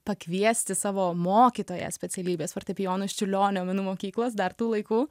pakviesti savo mokytoją specialybės fortepijono iš čiurlionio menų mokyklos dar tų laikų